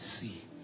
see